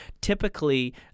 Typically